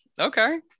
Okay